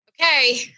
Okay